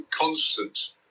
constant